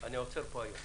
אני עוצר פה היום